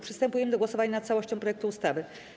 Przystępujemy do głosowania nad całością projektu ustawy.